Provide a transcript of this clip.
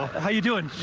how you doing?